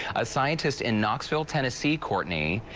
a scientist in knoxville, tennessee, courtney,